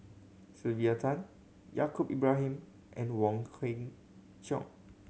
Sylvia Tan Yaacob Ibrahim and Wong Kwei Cheong